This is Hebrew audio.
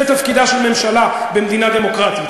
זה תפקידה של ממשלה במדינה דמוקרטית